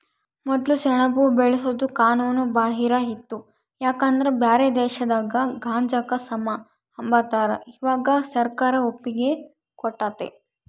ಮೊದ್ಲು ಸೆಣಬು ಬೆಳ್ಸೋದು ಕಾನೂನು ಬಾಹಿರ ಇತ್ತು ಯಾಕಂದ್ರ ಬ್ಯಾರೆ ದೇಶದಾಗ ಗಾಂಜಾಕ ಸಮ ಅಂಬತಾರ, ಇವಾಗ ಸರ್ಕಾರ ಒಪ್ಪಿಗೆ ಕೊಟ್ಟತೆ